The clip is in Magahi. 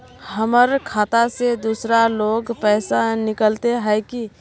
हमर खाता से दूसरा लोग पैसा निकलते है की?